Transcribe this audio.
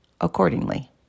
accordingly